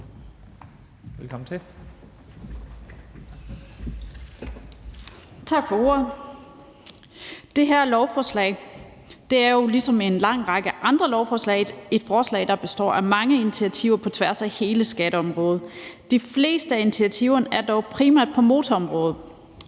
Tak for ordet. Det her lovforslag er jo ligesom en lang række andre lovforslag et forslag, der består af mange initiativer på tværs af hele skatteområdet. De fleste af initiativerne er dog primært på motorområdet,